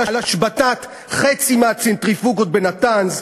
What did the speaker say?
על השבתת חצי מהצנטריפוגות בנתאנז,